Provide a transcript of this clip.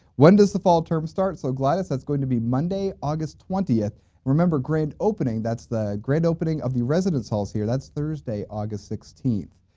when does the fall term start? so gladys that's going to be monday august twentieth remember grand opening. that's the grand opening of the residence halls here that's thursday august sixteenth.